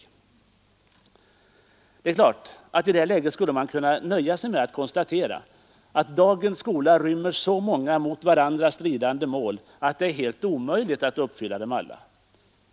I det läget skulle man naturligtvis kunna nöja sig med att konstatera, att dagens skola rymmer så många mot varandra stridande mål att det är helt omöjligt att uppfylla dem alla.